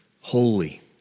holy